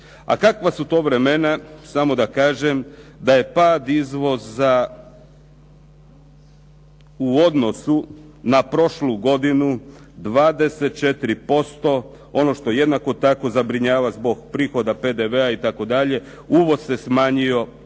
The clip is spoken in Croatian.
A kakva su to vremena? Samo da kažem da je pad izvoza u odnosu na prošlu godinu 24%. Ono što jednako tako zabrinjava zbog prihoda PDV-a itd., uvoz se smanjio